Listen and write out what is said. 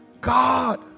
God